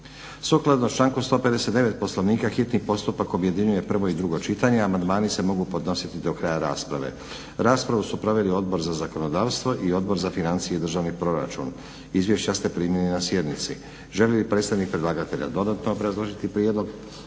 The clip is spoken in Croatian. Sukladno članku 159. Poslovnika hitni postupak objedinjuje prvo i drugo čitanje. Amandmani se mogu podnositi do kraja rasprave. Raspravu su proveli Odbor za zakonodavstvo i Odbor za financije i državni proračun. Izvješća ste primili na sjednici. Želi li predstavnik predlagatelja dodatno obrazložiti prijedlog?